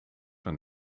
een